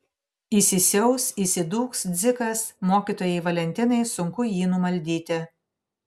įsisiaus įsidūks dzikas mokytojai valentinai sunku jį numaldyti